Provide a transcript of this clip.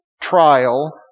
trial